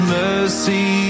mercy